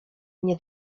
mnie